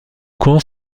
camps